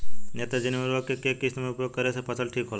नेत्रजनीय उर्वरक के केय किस्त मे उपयोग करे से फसल ठीक होला?